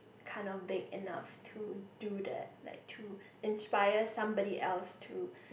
kind of thing and of to to the like to inspire somebody else to